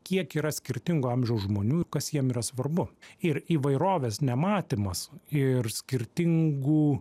kiek yra skirtingo amžiaus žmonių ir kas jiem yra svarbu ir įvairovės nematymas ir skirtingų